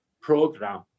program